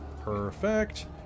Perfect